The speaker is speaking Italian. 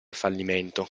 fallimento